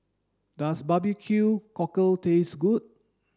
does barbecue cockle taste good